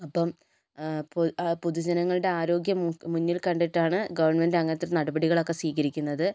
അപ്പം പൊതുജനങ്ങളുടെ ആരോഗ്യം മുന്നിൽ കണ്ടിട്ടാണ് ഗവൺമെൻറ് അങ്ങനത്തെ നടപടികൾ ഒക്കെ സ്വീകരിക്കുന്നത്